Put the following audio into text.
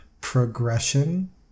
progression